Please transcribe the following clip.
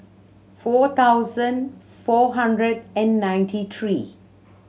four thousand four hundred and ninety three